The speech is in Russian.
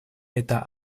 это